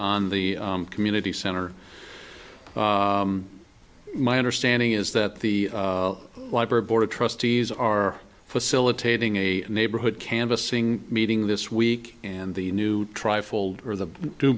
on the community center my understanding is that the library board of trustees are facilitating a neighborhood canvassing meeting this week and the new trifold are the two